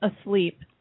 asleep